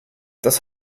das